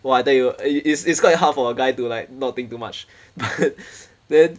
!wah! I tell you it's it's quite hard for a guy to like not think too much but then